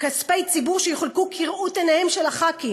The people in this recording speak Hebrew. כספי ציבור שיחולקו כראות עיניהם של חברי הכנסת,